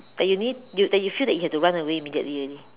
that you need you that you feel you had to run away immediately already